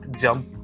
jump